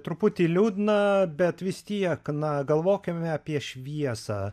truputį liūdna bet vis tiek na galvokime apie šviesą